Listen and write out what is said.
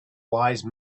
wise